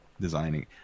designing